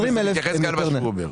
וזה מתייחס גם למה שהוא אומר.